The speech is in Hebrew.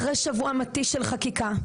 אחרי שבוע מתיש של חקיקה,